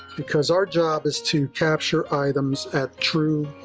because our job is to capture items at true